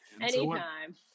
anytime